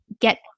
get